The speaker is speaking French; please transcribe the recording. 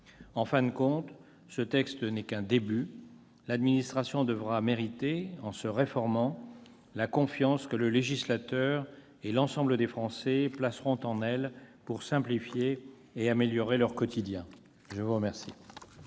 En fin de compte, ce texte n'est qu'un début : l'administration devra mériter, en se réformant, la confiance que le législateur et l'ensemble des Français placeront en elle pour simplifier et améliorer leur quotidien. La parole